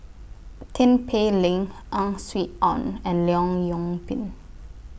Tin Pei Ling Ang Swee Aun and Leong Yoon Pin